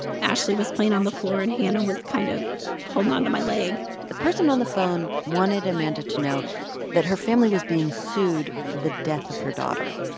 ashley was playing on the floor, and hannah was kind of holding on to my leg the person on the phone wanted amanda to know that her family was being sued for the death of her daughter.